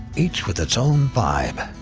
each with its own vibe.